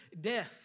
death